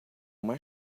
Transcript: uma